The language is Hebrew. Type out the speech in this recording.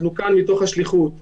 אנחנו כאן מתוך השליחות.